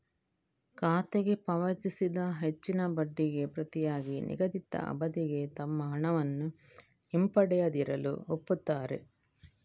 ಖಾತೆಗೆ ಪಾವತಿಸಿದ ಹೆಚ್ಚಿನ ಬಡ್ಡಿಗೆ ಪ್ರತಿಯಾಗಿ ನಿಗದಿತ ಅವಧಿಗೆ ತಮ್ಮ ಹಣವನ್ನು ಹಿಂಪಡೆಯದಿರಲು ಒಪ್ಪುತ್ತಾರೆ